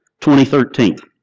2013